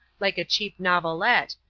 like a cheap novelette,